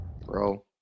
bro